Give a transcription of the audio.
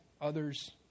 others